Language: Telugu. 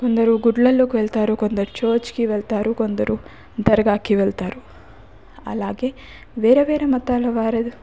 కొందరు గుళ్ళల్లోకి వెళతారు కొందరు చర్చ్కి వెళతారు కొందరు దర్గాకి వెళతారు అలాగే వేరే వేరే మతాలవారు